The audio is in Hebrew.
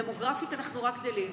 דמוגרפית, אנחנו רק גדלים.